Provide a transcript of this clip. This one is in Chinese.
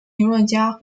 评论家